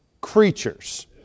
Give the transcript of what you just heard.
creatures